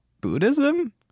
Buddhism